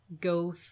go